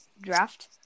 draft